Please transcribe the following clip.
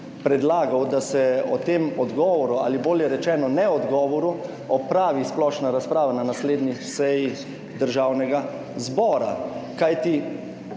predlagal, da se o tem odgovoru, ali bolje rečeno neodgovoru, opravi splošna razprava na naslednji seji Državnega zbora. Kajti